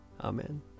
Amen